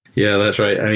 yeah, that's right.